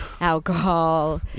alcohol